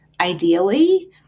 ideally